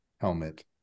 helmet